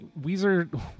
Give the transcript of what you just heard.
Weezer